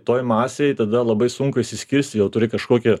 toj masėj tada labai sunku išsiskirsi jau turi kažkokį